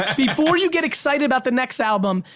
ah before you get excited about the next album,